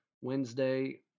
Wednesday